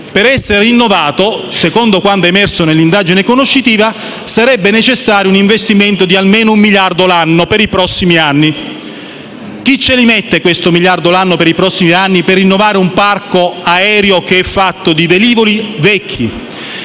dei velivoli, secondo quanto emerso nell'indagine conoscitiva, sarebbe necessario un investimento di almeno un miliardo l'anno, per i prossimi anni. Chi ce lo mette questo miliardo l'anno, per i prossimi anni, per rinnovare un parco aereo che è fatto di velivoli vecchi,